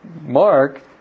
Mark